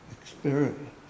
experience